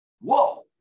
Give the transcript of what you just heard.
Whoa